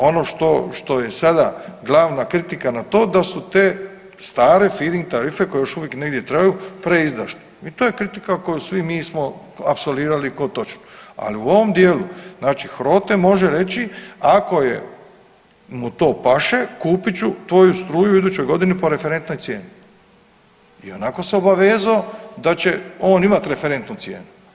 Ono što je sada glavna kritika na to da su te stare fiding tarife koje još uvijek negdje traju preizdašne i to je kritika koju svi mi smo apsolvirali kao točnu, ali u ovom dijelu znači HROTE može reći ako mu to paše kupit ću tvoju struju u idućoj godini po referentnoj cijeni i onako se obavezo da će on imat referentnu cijenu.